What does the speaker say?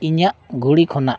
ᱤᱧᱟᱹᱜ ᱜᱷᱩᱲᱤ ᱠᱷᱚᱱᱟᱜ